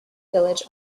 village